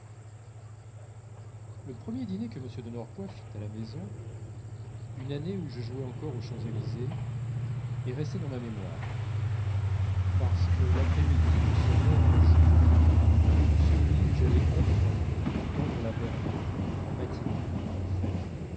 le premier dîner que m de norpois fit à la maison une année où je jouais encore aux champs-élysées est resté dans ma mémoire parce que l'après-midi de ce même jour fut celui où j'allai enfin entendre la berma en matinée dans